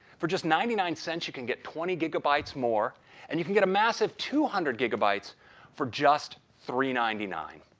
for just ninety nine cents you can get twenty gigabytes more and you can get a massive two hundred gigabytes for just three point nine